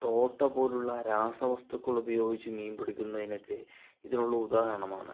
തോട്ട പോലുള്ള രാസവസ്തുക്കൾ ഉപയോഗിച്ച് മീൻ പിടിക്കുന്നതിനൊക്കെ ഇതിനുള്ള ഉദാഹരണമാണ്